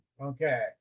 Okay